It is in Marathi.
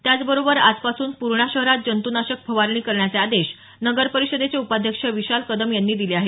त्याचबरोबर आजपासून पूर्णा शहरात जंतूनाशक फवारणी करण्याचे आदेश नगरपरिषदेचे उपाध्यक्ष विशाल कदम यांनी दिले आहेत